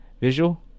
visual